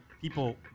people